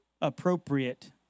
appropriate